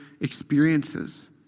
experiences